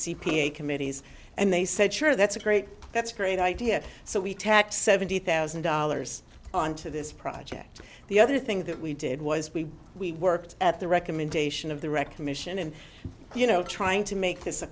a committees and they said sure that's a great that's great idea so we tacked seventy thousand dollars on to this project the other thing that we did was we we worked at the recommendation of the recognition and you know trying to make this a